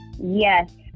Yes